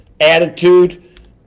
attitude